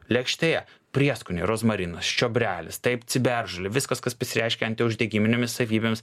lėkštėje prieskoniai rozmarinas čiobrelis taip ciberžolė viskas kas pasireiškia antiuždegiminėmis savybėms